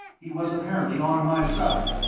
he was apparently on my side,